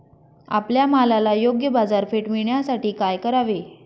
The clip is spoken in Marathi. आपल्या मालाला योग्य बाजारपेठ मिळण्यासाठी काय करावे?